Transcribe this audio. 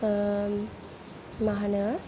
मा होनो